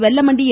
Vellamandi என்